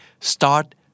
Start